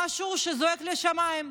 משהו שזועק לשמיים.